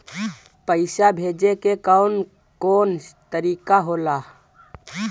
पइसा भेजे के कौन कोन तरीका होला?